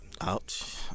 Ouch